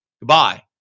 Goodbye